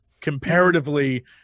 comparatively